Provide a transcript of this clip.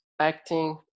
acting